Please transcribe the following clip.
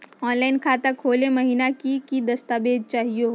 Online खाता खोलै महिना की की दस्तावेज चाहीयो हो?